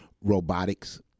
robotics